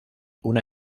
una